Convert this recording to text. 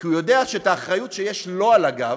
כי הוא יודע שאת האחריות שיש לו על הגב,